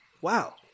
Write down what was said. wow